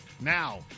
Now